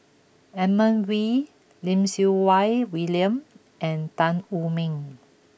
Edmund Wee Lim Siew Wai William and Tan Wu Meng